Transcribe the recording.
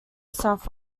south